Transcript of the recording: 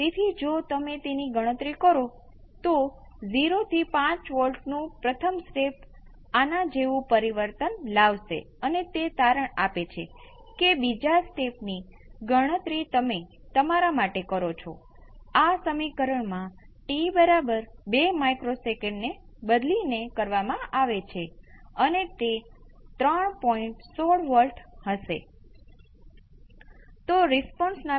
તેથી કુલ પ્રતિભાવ V p × t RC exponential t RC V c of 0 exponential t RC આ force response છે અને આ નેચરલ રિસ્પોન્સ છે